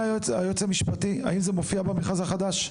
אדוני היועץ המשפטי, האם זה מופיע במכרז החדש?